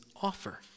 offer